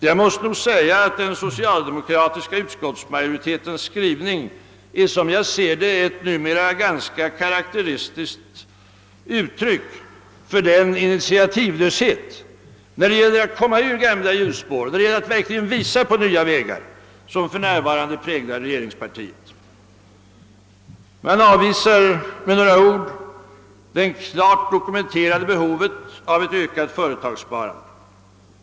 Jag måste nog säga att som jag ser det är den socialdemokratiska utskottsmajoritetens skrivning ett ganska karakteristiskt uttryck för den initiativlöshet, när det gäller att komma ur gamla hjulspår och verkligen visa på nya vägar, som för närvarande präglar regeringspartiet. Man avvisar med några ord det klart dokumenterade behovet av ett ökat företagssparande.